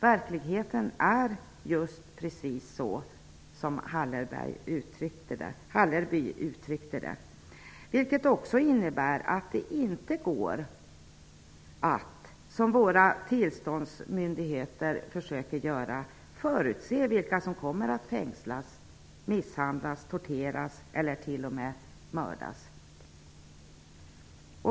Verkligheten är precis sådan som Hallerby beskrev den. Det innebär att det inte går att, som våra tillståndsmyndigheter verkar tro, förutse vilka som kommer att fängslas, misshandlas och torteras eller t.o.m. mördas.